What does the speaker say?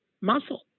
muscle